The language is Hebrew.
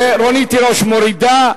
רונית תירוש מורידה.